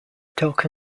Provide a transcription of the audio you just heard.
talk